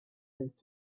think